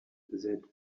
that